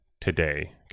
today